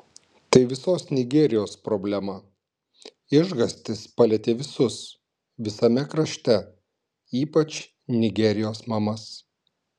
tai visos nigerijos problema išgąstis palietė visus visame krašte ypač nigerijos mamas